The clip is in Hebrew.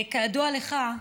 כידוע לך,